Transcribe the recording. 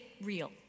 real